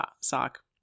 sock